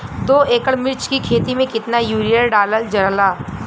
दो एकड़ मिर्च की खेती में कितना यूरिया डालल जाला?